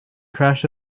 crash